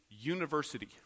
university